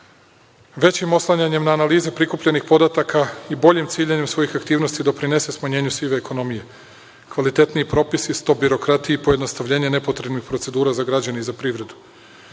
većim oslanjanjem na analize prikupljenih podataka i boljim ciljanjem svojih aktivnosti doprinese smanjenju sive ekonomije, kvalitetniji propisi, stop birokratiji i pojednostavljenje nepotrebnih procedura za građane i za privredu.U